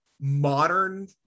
modern